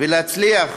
ולהצליח